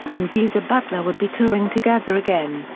and geezer butler would be touring together again,